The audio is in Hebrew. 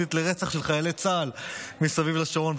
מסית לרצח של חיילי צה"ל מסביב לשעון.